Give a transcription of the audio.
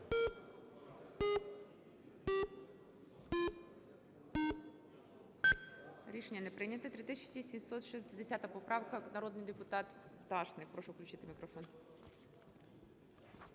Рішення не прийнято. 3760 поправка. Народний депутат Пташник. Прошу включити мікрофон.